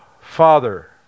Father